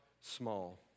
small